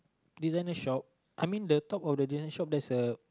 designer shop I mean the top of the designer shop there's a